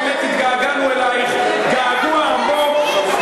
באמת התגעגענו אלייך געגוע עמוק.